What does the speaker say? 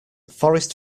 forest